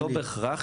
לא בהכרח,